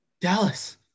Dallas